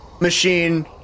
Machine